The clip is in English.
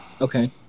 Okay